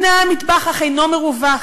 נאה המטבח, אך אינו מרווח.